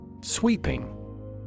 Sweeping